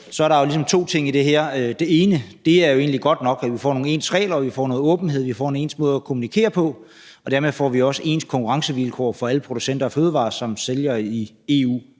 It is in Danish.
ligesom to ting i det her. Den ene er egentlig god nok; at vi får nogle ens regler og får noget åbenhed, at vi får en ens måde at kommunikere på, og dermed får vi også ens konkurrencevilkår for alle producenter af fødevarer, som sælger i EU.